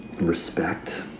respect